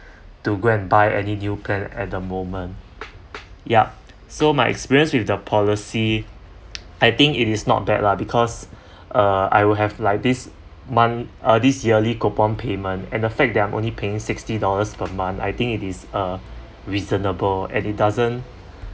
to go and buy any new plan at the moment yup so my experience with the policy I think it is not bad lah because uh I will have like this month uh this yearly coupon payment and a fact that I'm only paying sixty dollars per month I think it is uh reasonable and it doesn't